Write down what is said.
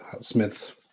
Smith